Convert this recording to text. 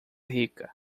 rica